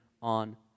On